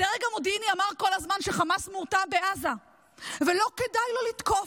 הדרג המודיעיני אמר כל הזמן שחמאס מורתע בעזה ולא כדאי לו לתקוף.